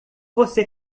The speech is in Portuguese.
você